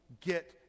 get